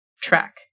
track